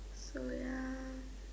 so ya